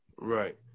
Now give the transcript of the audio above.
Right